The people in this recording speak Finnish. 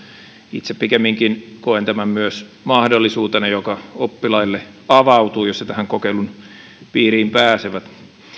itse pikemminkin koen tämän myös mahdollisuutena joka oppilaille avautuu jos he tähän kokeilun piiriin pääsevät